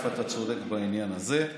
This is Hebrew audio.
אתה צודק בעניין הזה,